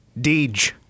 Deej